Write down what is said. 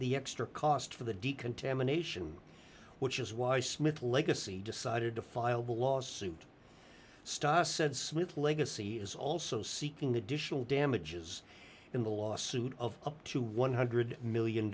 the extra cost for the decontamination which is why smith legacy decided to file the lawsuit stoss said psmith legacy is also seeking additional damages in the lawsuit of up to one hundred million